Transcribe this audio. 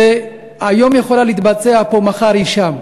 שהיום יכולה להתבצע פה ומחר היא שם.